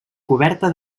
coberta